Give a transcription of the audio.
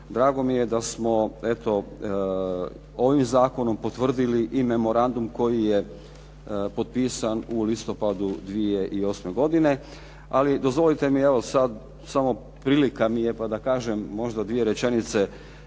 drago mi je da smo eto ovim zakonom potvrdili i memorandum koji je potpisan u listopadu 2008. godine. Ali dozvolite mi evo sad samo prilika mi je pa da kažem možda dvije rečenice